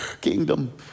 kingdom